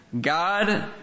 God